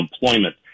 employment